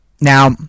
Now